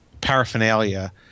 paraphernalia